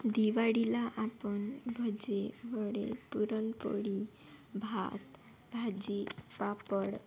दिवाळीला आपण भजे वडे पुरणपोळी भात भाजी पापड